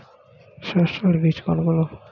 সস্যল বীজ কোনগুলো?